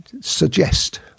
suggest